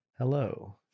hello